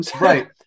Right